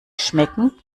schmecken